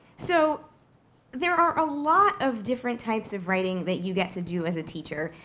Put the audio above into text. so there are a lot of different types of writing that you get to do as a teacher.